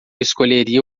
escolheria